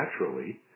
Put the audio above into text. naturally